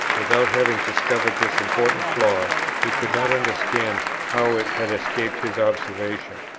without having discovered this important flaw, he could not understand how it had escaped his observation.